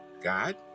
God